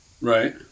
Right